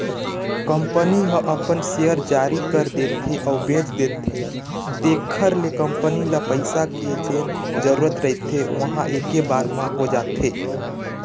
company ह अपन share जारी कर देथे अउ बेच देथे तेखर ले कंपनी ल पइसा के जेन जरुरत रहिथे ओहा ऐके बार म हो जाथे